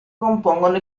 compongono